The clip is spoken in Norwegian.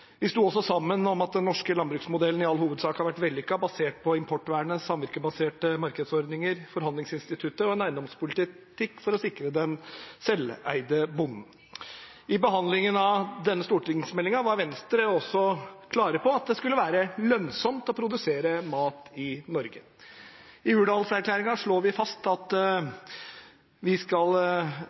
Vi sto også sammen om at den norske landbruksmodellen i all hovedsak har vært vellykket, basert på importvernet, samvirkebaserte markedsordninger, forhandlingsinstituttet og en eiendomspolitikk for å sikre den selveide bonden. I behandlingen av denne stortingsmeldingen var Venstre også klar på at det skulle være lønnsomt å produsere mat i Norge. I Hurdalserklæringen slår vi fast at vi skal